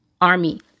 army